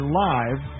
live